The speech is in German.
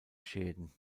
schäden